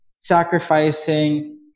sacrificing